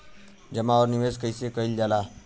जमा और निवेश कइसे कइल जाला?